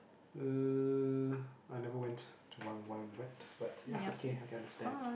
uh I never went to Wild-Wild-Wet but ya okay I can understand